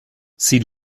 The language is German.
sie